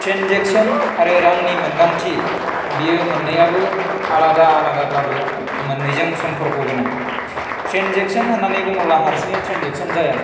transaction आरो रांनि मोनदांथि बेयो मोन्नैयाबो आलादा आलादाब्लाबो मोन्नैजों समफरख' गोनां ट्रेनजेकसन होन्नानै बुङोब्ला हारसिङै ट्रेनजेकसन जाया